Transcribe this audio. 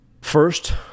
First